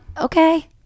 Okay